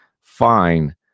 Fine